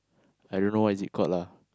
I don't know what is it called lah